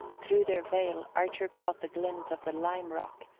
through their veil archer caught the glint of the lime rock,